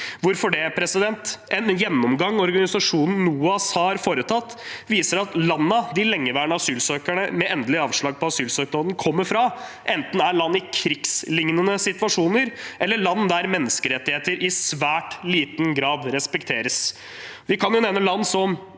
Hvorfor det? En gjennomgang organisasjonen NOAS har foretatt, viser at landene de lengeværende asylsøkerne med endelig avslag på asylsøknaden kommer fra, enten er land i krigslignende situasjoner eller land der menneskerettigheter i svært liten grad respekteres. Vi kan nevne land som